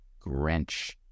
Grinch